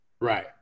Right